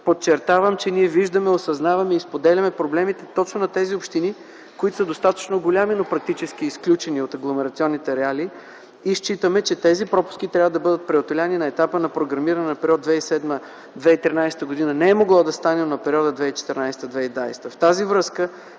подчертавам, че ние виждаме, осъзнаваме и споделяме проблемите точно на тези общини, които са достатъчно големи, но практически са изключени от агломерационните ареали. Считаме, че тези пропуски трябва да бъдат преодолени. Ако на етапа на програмиране на периода 2007-2013 г. не е могло да стане, то да е в периода 2014-2020 г. В тази връзка